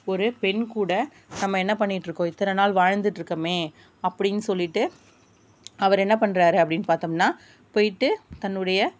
ஒரு பெண் கூட நம்ம என்ன பண்ணிட் இருக்கோம் இத்தனை நாள் வாழ்ந்துட் இருக்கமே அப்படின்னு சொல்லிட்டு அவர் என்ன பண்ணுறாரு அப்படின் பார்த்தோம்னா போயிவிட்டு தன்னுடைய